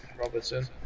Robertson